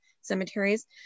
cemeteries